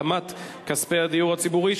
בנושא העלמת כספי הדיור הציבורי,